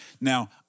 Now